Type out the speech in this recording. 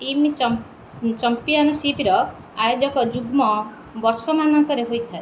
team ଚମ୍ପିଅନସିପ୍ର ଆୟୋଜନ ଯୁଗ୍ମ ବର୍ଷମାନଙ୍କରେ ହେଇଥାଏ